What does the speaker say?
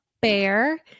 Bear